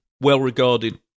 well-regarded